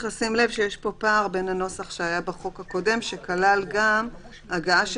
לשים לב שיש פה פער בין הנוסח שהיה בחוק הקודם שכלל גם "הגעה של